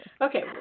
okay